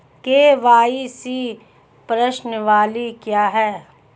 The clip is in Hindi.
के.वाई.सी प्रश्नावली क्या है?